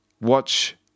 watch